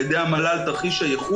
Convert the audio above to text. והוזכר פה על ידי המל"ל תרחיש הייחוס,